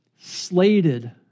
slated